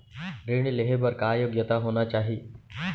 ऋण लेहे बर का योग्यता होना चाही?